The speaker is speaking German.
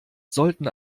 sollten